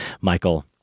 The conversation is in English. Michael